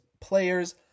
players